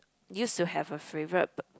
used to have a favourite b~